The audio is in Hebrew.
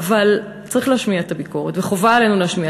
אבל צריך להשמיע את הביקורת וחובה עלינו להשמיע.